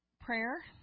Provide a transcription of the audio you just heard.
prayer